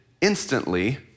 instantly